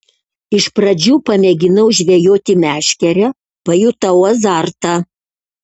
iš pradžių pamėginau žvejoti meškere pajutau azartą